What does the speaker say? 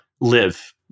live